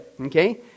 okay